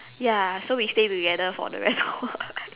ya so we stay together for the rest of our life